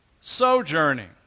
sojourning